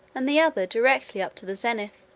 and the other directly up to the zenith.